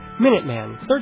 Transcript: Minuteman